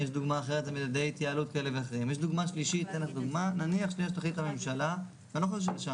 בשנים 2023 ו-2024